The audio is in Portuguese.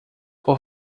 por